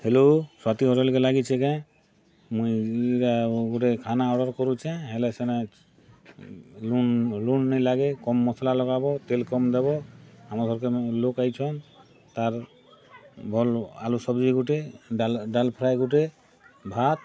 hello Swati ହୋଟେଲ୍କେ ଲାଗିଛେ କେଁ ମୁଁଇ ଇଟା ଗୁଟେ ଖାନା ଅର୍ଡ଼ର୍ କରୁଛେଁ ହେଲେ ସେନେ ଲୁନ୍ ଲୁନ୍ ନେଇଁ ଲାଗେ କମ୍ ମସ୍ଲା ଲଗାବ ତେଲ୍ କମ୍ ଦେବ ଆମର୍ ଘର୍କେ ଲୋକ୍ ଆଇଛନ୍ ତାର୍ ଭଲ୍ ଆଲୁ ସବ୍ଜି ଗୁଟେ ଡାଲ୍ ଡାଲ୍ ଫ୍ରାଏ ଗୁଟେ ଭାତ୍